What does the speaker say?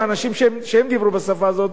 האנשים שדיברו בשפה הזאת,